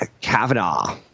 Kavanaugh